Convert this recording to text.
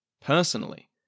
personally